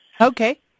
okay